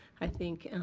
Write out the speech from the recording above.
i think, and